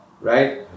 right